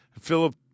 Philip